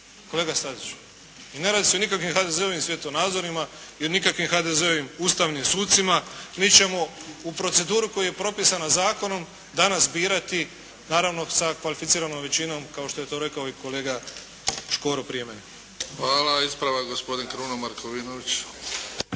kolega Staziću. I ne radi se o nikakvim HDZ-ovim svjetonazorima i o nikakvim HDZ-ovim ustavnim sucima. Mi ćemo u proceduru koja je propisana zakonom danas birati naravno sa kvalificiranom većinom kao što je to rekao i kolega Škoro prije mene. **Bebić, Luka (HDZ)** Hvala. Ispravak gospodin Kruno Markovinović.